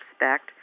respect